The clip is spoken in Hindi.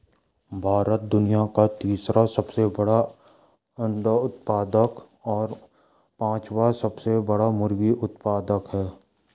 भारत दुनिया का तीसरा सबसे बड़ा अंडा उत्पादक और पांचवां सबसे बड़ा मुर्गी उत्पादक है